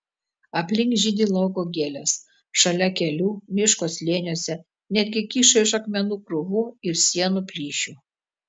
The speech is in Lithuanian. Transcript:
aplink žydi lauko gėlės šalia kelių miško slėniuose netgi kyšo iš akmenų krūvų ir sienų plyšių